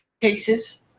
cases